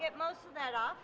get most of that off